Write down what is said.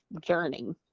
journey